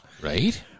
right